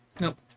nope